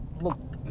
look